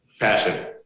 Passion